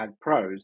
Pros